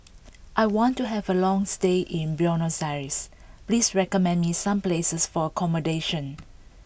I want to have a long stay in Buenos Aires please recommend me some places for accommodation